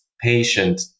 patient